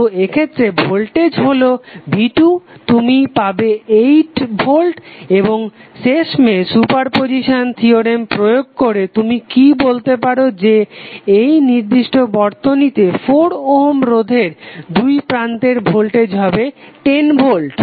তো এক্ষেত্রে ভোল্টেজ হলো v2 তুমি পাবে 8 ভোল্ট এবং শেষমেশ সুপারপজিসান থিওরেম প্রয়োগ করে তুমি কি বলতে পারো যে এই নির্দিষ্ট বর্তনীতে 4 ওহম রোধের দুই প্রান্তের ভোল্টেজ হবে 10 ভোল্ট